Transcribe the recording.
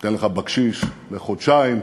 אתן לך בקשיש, לחודשיים,